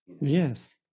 yes